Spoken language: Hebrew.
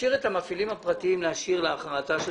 להשאיר את המפעילים הפרטיים להכרעתה של